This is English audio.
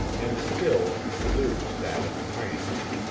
and still lou sat entranced.